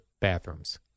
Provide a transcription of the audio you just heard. bathrooms